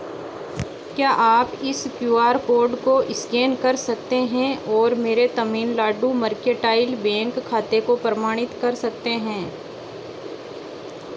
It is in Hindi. क्या आप इस क्यू आर कोड को इस्कैन कर सकते हैं और मेरे तमिलनाडु मर्केंटाइल बैंक खाते को प्रमाणित कर सकते हैं